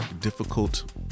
difficult